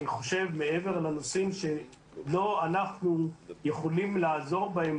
מעבר לנושאים שלא אנחנו יכולים לעזור בהם,